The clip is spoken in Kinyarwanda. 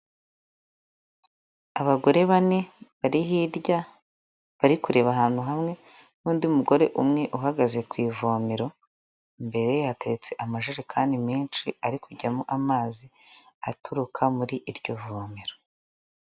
Abagore bane bari hirya bari kureba ahantu hamwe n'undi mugore umwe uhagaze ku ivomero, imbere ye hateretse amajerekani menshi ari kujyamo amazi aturuka muri iryo vomeraro.